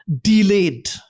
delayed